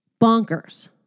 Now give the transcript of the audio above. bonkers